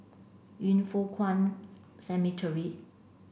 Yin Foh Kuan Cemetery